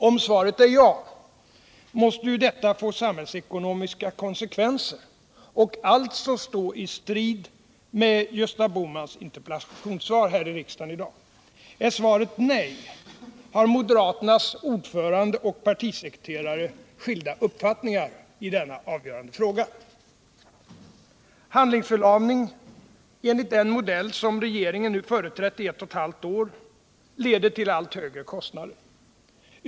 Om svaret är ja, måste ju detta få sam hällsekonomiska konsekvenser och alltså stå i strid med Gösta Bohmans interpellationssvar. Är svaret nej, har moderaternas ordförande och partisekreterare skilda uppfattningar i denna avgörande fråga. Handlingsförlamning enligt den modell som regeringen nu företrätt i ett och halvt år leder till allt högre kostnader.